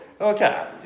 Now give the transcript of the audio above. Okay